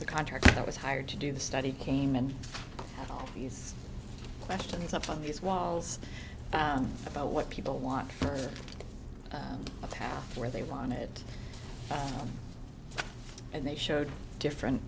the contract that was hired to do the study came and all these questions up on these walls about what people want a path where they wanted it and they showed different